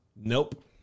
Nope